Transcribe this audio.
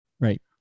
right